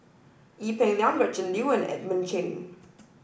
Ee Peng Liang Gretchen Liu and Edmund Cheng